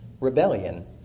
rebellion